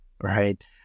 right